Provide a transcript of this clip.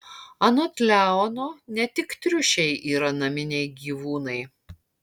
anot leono ne tik triušiai yra naminiai gyvūnai